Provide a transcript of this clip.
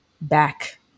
back